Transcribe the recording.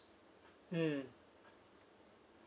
mm